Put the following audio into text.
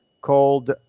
called